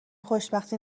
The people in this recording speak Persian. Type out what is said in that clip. خوشبختی